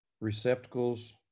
receptacles